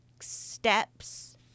steps